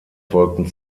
folgten